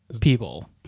people